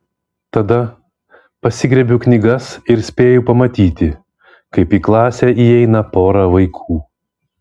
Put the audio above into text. tada pasigriebiu knygas ir spėju pamatyti kaip į klasę įeina pora vaikų